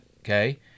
Okay